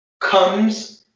comes